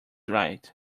right